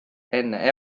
enne